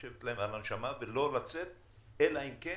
לשבת להם על הנשמה ולא לצאת אלא אם כן